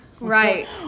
right